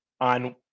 on